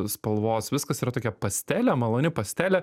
spalvos viskas yra tokia pastelė maloni pastelė